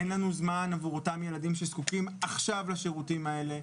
אין לנו זמן עבור אותם ילדים שזקוקים עכשיו לשירותים האלה,